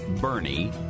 Bernie